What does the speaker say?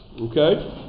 okay